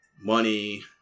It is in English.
money